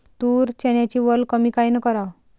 तूर, चन्याची वल कमी कायनं कराव?